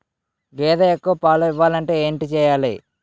గేదె ఎక్కువ పాలు ఇవ్వాలంటే ఏంటి చెయాలి?